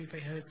0235 hertz